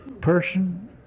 person